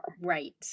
Right